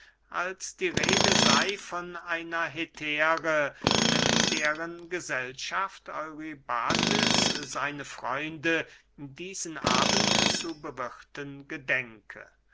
als die rede sey von einer hetäre mit deren gesellschaft eurybates seine freunde diesen abend zu bewirthen gedenke